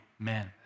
Amen